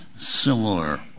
similar